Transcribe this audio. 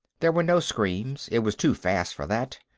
there were no screams. it was too fast for that.